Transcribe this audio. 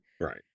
right